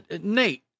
Nate